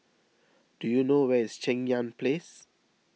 do you know where is Cheng Yan Place